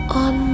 on